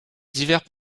divers